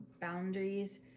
boundaries